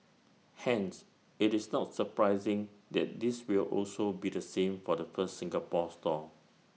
hence IT is not surprising that this will also be the same for the first Singapore store